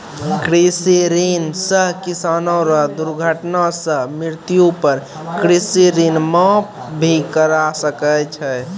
कृषि ऋण सह किसानो रो दुर्घटना सह मृत्यु पर कृषि ऋण माप भी करा सकै छै